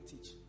teach